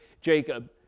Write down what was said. Jacob